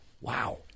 Wow